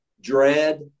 dread